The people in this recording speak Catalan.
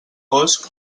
fosc